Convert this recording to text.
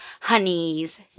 honeys